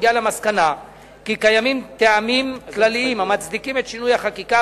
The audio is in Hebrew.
והגיעה למסקנה כי קיימים טעמים כלליים המצדיקים את שינוי החקיקה,